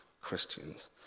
Christians